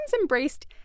embraced